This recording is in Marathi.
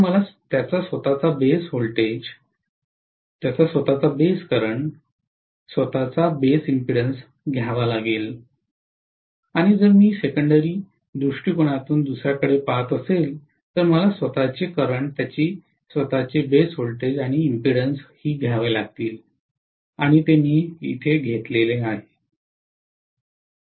तर मला त्याचा स्वतःचा बेस व्होल्टेज त्याचा स्वतःचा बेस करंट स्वतःचा बेस इंपेडेंस घ्यावा लागेल आणि जर मी सेकंडरी दृष्टिकोनातून दुसर्याकडे पहात असेल तर मला स्वतःचे करंट त्याची स्वतःचे बेस व्होल्टेज आणि स्वतःचे इंपेडेंस घ्यावी लागेल ते मी घेतलेले आहे